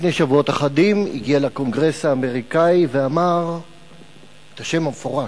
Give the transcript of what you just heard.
לפני שבועות אחדים הגיע לקונגרס האמריקני ואמר את השם המפורש,